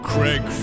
Craig